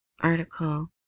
article